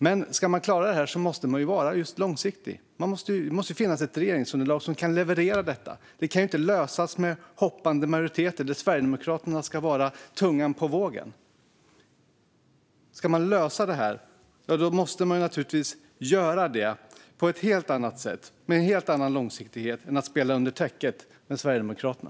Men ska man klara det här måste man vara just långsiktig. Det måste finnas ett regeringsunderlag som kan leverera detta. Det kan inte lösas med hoppande majoriteter, där Sverigedemokraterna är tungan på vågen. Ska man lösa detta måste det naturligtvis ske på ett helt annat sätt och med en helt annan långsiktighet än vad det innebär att spela under täcket med Sverigedemokraterna.